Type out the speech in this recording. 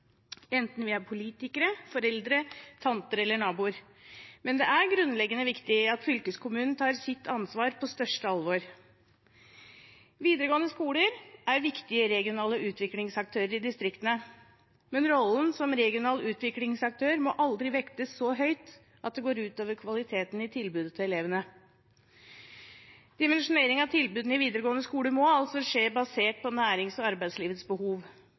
enten vi er politikere, foreldre, tanter eller naboer. Men det er grunnleggende viktig at fylkeskommunen tar sitt ansvar på største alvor. Videregående skoler er viktige regionale utviklingsaktører i distriktene, men rollen som regional utviklingsaktør må aldri vektes så høyt at det går ut over kvaliteten i tilbudet til elevene. Dimensjonering av tilbudene i videregående skole må altså skje basert på nærings- og arbeidslivets behov,